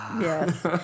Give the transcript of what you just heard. Yes